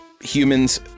humans